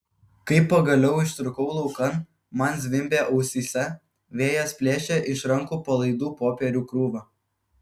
kai pagaliau ištrūkau laukan man zvimbė ausyse vėjas plėšė iš rankų palaidų popierių krūvą